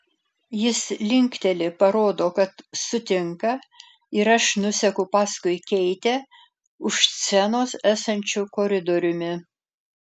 jis linkteli parodo kad sutinka ir aš nuseku paskui keitę už scenos esančiu koridoriumi